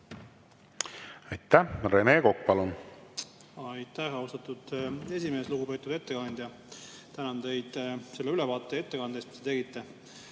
Aitäh! Rene Kokk, palun! Aitäh, austatud esimees! Lugupeetud ettekandja! Tänan teid selle ülevaate ja ettekande eest, mis te tegite.